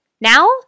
Now